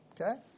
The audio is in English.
Okay